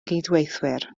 gydweithwyr